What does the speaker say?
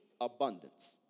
abundance